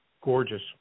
gorgeous